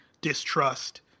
distrust